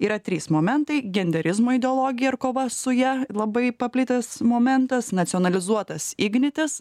yra trys momentai genderizmo ideologija ir kova su ja labai paplitęs momentas nacionalizuotas ignitis